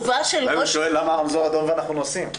מילא היה שואל למה הרמזור אדום ואנחנו נוסעים?